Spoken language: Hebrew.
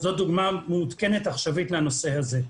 זו דוגמה מעודכנת עכשווית לנושא הזה.